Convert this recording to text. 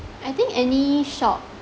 I think any shop